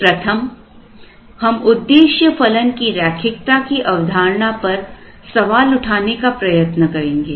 प्रथम हम उद्देश्य फलन की रैखिकता की अवधारणा पर सवाल उठाने का प्रयत्न करेंगे